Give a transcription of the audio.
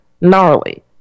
Gnarly